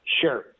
Sure